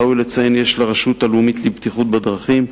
ראוי לציין, יש לרשות הלאומית לבטיחות בדרכים,